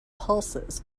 pulses